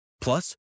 Plus